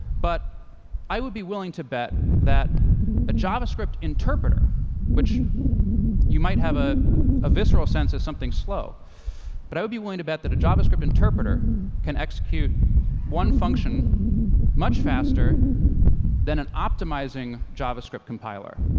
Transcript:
but i would be willing to bet that a javascript interpreter which you might have ah a visceral sense of something slow but i would be willing to bet that a javascript interpreter can execute one function much faster than an optimizing javascript compiler,